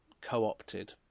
co-opted